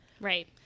Right